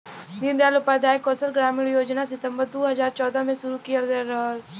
दीन दयाल उपाध्याय कौशल ग्रामीण योजना सितम्बर दू हजार चौदह में शुरू किहल गयल रहल